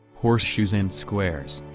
horseshoes and squares.